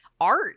art